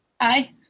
hi